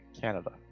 Canada